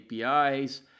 APIs